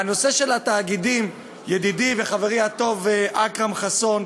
והנושא של התאגידים, ידידי וחברי הטוב אכרם חסון,